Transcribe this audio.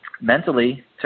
Mentally